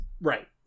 Right